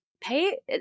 pay